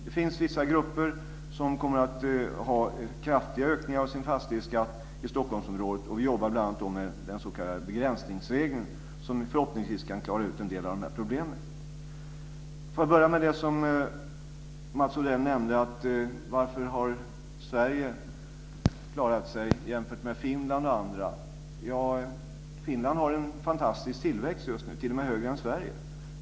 Det finns vissa grupper i Stockholmsområdet som kommer att få kraftiga ökningar av sin fastighetsskatt. Vi jobbar bl.a. med den s.k. begränsningsregeln som förhoppningsvis kan klara ut en del av de här problemen. Mats Odell nämnde hur Sverige har klarat sig jämfört med Finland och andra länder. Finland har en fantastisk tillväxt just nu. Den är t.o.m. högre än Sveriges.